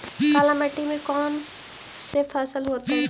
काला मिट्टी में कौन से फसल होतै?